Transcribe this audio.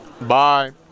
Bye